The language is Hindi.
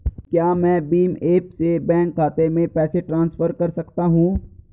क्या मैं भीम ऐप से बैंक खाते में पैसे ट्रांसफर कर सकता हूँ?